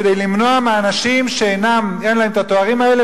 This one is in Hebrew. כדי למנוע מאנשים שאין להם התארים האלה